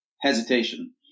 hesitation